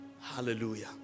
Hallelujah